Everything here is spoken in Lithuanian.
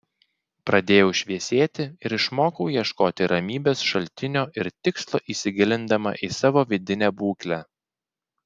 pradėjau šviesėti ir išmokau ieškoti ramybės šaltinio ir tikslo įsigilindama į savo vidinę būklę